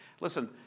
Listen